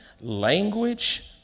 language